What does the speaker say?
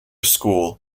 school